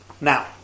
Now